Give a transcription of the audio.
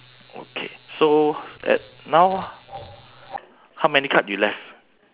okay so at now how many card you left